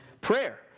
prayer